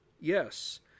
Yes